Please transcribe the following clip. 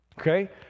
okay